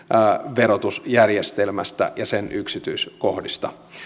verotusjärjestelmästä ja sen yksityiskohdista